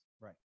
Right